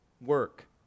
work